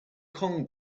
kong